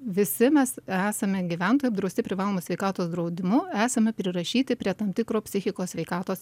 visi mes esame gyventojai apdrausti privalomu sveikatos draudimu esame prirašyti prie tam tikro psichikos sveikatos